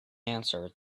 answer